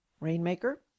Rainmaker